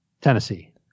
Tennessee